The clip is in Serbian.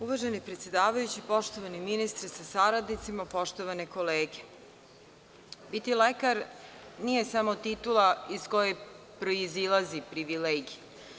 Uvaženi predsedavajući, poštovani ministre sa saradnicima, poštovane kolege, biti lekar nije samo titula iz koje proizilaze privilegije.